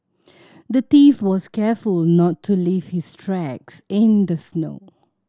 the thief was careful not to leave his tracks in the snow